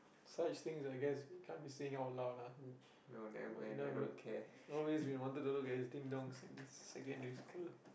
such things I guess we can't be saying out loud lah but you know always been wanting to look at his ding-dong since secondary school